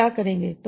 हम क्या करेंगे